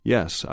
Yes